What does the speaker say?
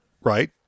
Right